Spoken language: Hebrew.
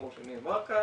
כמו שנאמר כאן,